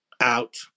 out